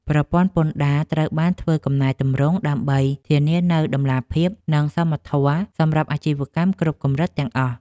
ប្រព័ន្ធពន្ធដារត្រូវបានធ្វើកំណែទម្រង់ដើម្បីធានានូវតម្លាភាព និងសមធម៌សម្រាប់អាជីវកម្មគ្រប់កម្រិតទាំងអស់។